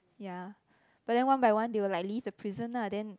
ya but then one by one they will like leave the pleasant lah then